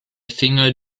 finger